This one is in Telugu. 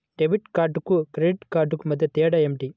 డెబిట్ కార్డుకు క్రెడిట్ కార్డుకు మధ్య తేడా ఏమిటీ?